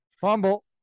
Fumble